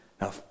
Now